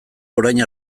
orain